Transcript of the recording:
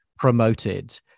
promoted